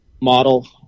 model